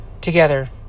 together